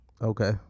Okay